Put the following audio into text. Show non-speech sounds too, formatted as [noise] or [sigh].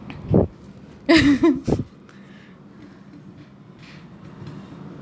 [laughs]